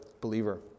believer